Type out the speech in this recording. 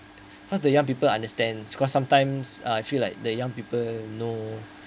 cause the young people understand because sometimes uh I feel like the young people know